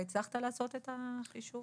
אתה הצלחת לעשות את החישוב?